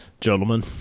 gentlemen